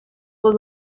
was